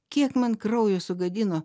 kiek man kraujo sugadino